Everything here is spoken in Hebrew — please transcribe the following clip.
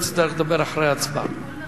תצטרך לדבר אחרי ההצבעה.